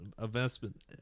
investment